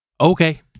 okay